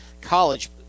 college